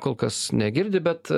kol kas negirdi bet